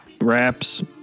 wraps